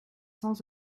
sans